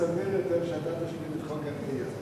חשבתי שיש סיכוי סביר יותר,